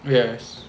yes